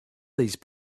these